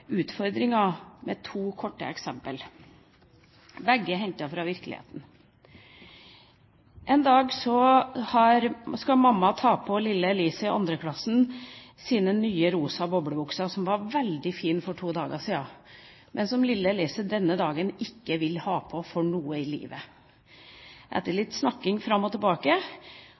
med to korte eksempler – begge hentet fra virkeligheten. En dag skal mamma ta på lille Elise i andre klasse den nye, rosa boblebuksen, som var veldig fin for to dager siden, men som lille Elise denne dagen ikke vil ha på for alt i livet. Etter litt snakking fram og tilbake